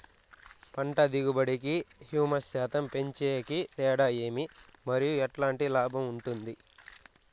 పంట దిగుబడి కి, హ్యూమస్ శాతం పెంచేకి తేడా ఏమి? మరియు ఎట్లాంటి లాభం ఉంటుంది?